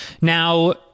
Now